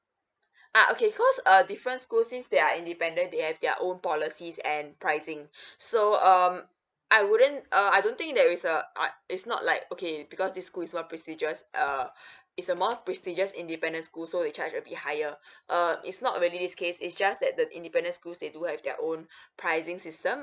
ah okay cause uh different school fees they are independent they have their own policies and pricing so um I wouldn't uh I don't think there is a ah it's not like okay because this school is what prestigious err it's a more prestigious independent school so they charge a bit higher err it's not really this case is just that the independent schools they do have their own pricing system